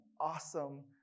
awesome